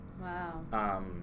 Wow